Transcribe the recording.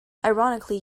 ironically